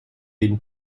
une